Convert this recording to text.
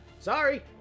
Sorry